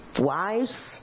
Wives